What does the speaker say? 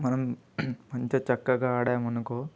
మనం మంచిగా చక్కగా ఆడామనుకో